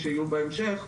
שיהיו בהמשך,